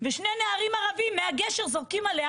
ושני נערים ערבים מהגשר זורקים עליה,